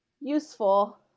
useful